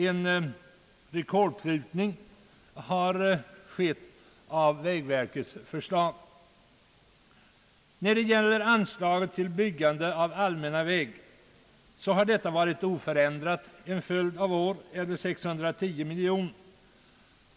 En rekordprutning har således skett. Anslaget till byggandet av allmänna vägar har varit oförändrat en följd av år, eller 610 miljoner.